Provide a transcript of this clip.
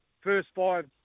first-five